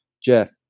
Jeff